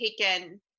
taken